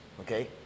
Okay